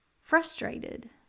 frustrated